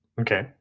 Okay